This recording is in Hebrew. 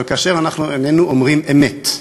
אבל כאשר אנחנו איננו אומרים אמת,